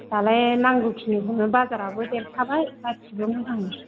दालाय नांगौखिनिखौनो बाजाराबो देरखाबाय गासैबो मोजां